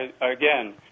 again